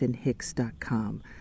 hicks.com